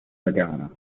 laguna